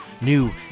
new